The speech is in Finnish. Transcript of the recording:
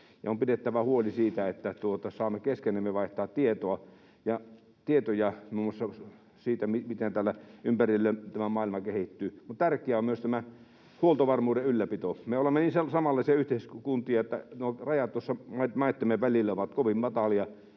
On pidettävä huoli siitä, että saamme keskenämme vaihtaa tietoa muun muassa siitä, miten täällä ympärillä tämä maailma kehittyy. Tärkeää on myös tämä huoltovarmuuden ylläpito. Me olemme niin samanlaisia yhteiskuntia, että nuo rajat tuossa maittemme välillä ovat kovin matalia.